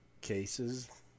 cases